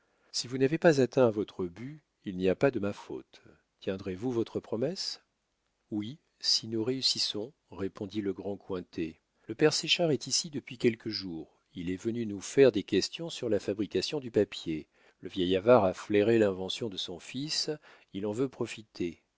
si vous n'avez pas atteint à votre but il n'y a pas de ma faute tiendrez-vous votre promesse oui si nous réussissons répondit le grand cointet le père séchard est ici depuis quelques jours il est venu nous faire des questions sur la fabrication du papier le vieil avare a flairé l'invention de son fils il en veut profiter